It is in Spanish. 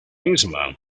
misma